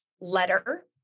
letter